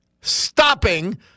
stopping